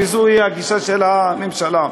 וזוהי הגישה של הממשלה.